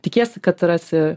tikiesi kad rasi